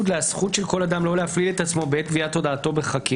לזכות של כל אדם לא להפליל את עצמו בעת גביית אדם בחקירה